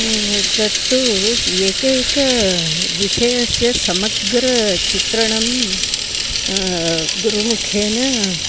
तत्तू एकैक विषयस्य समग्राचित्रणं गुरुमुखेन